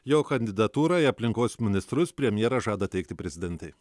jo kandidatūrą į aplinkos ministrus premjeras žada teikti prezidentei